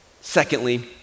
Secondly